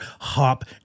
hop